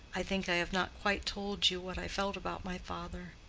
i think i have not quite told you what i felt about my father.